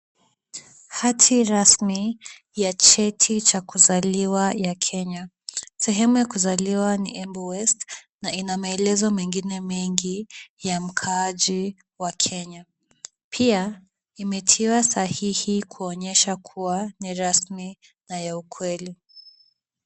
Hati rasmi ya cheti cha kuzaliwa ya Kenya. Sehemu ya kuzaliwa ni Embu West na ina maelezo mengine mengi ya mkaaji wa Kenya. Pia imetiwa sahihi kuonyesha kuwa ni rasmi na ya ukweli.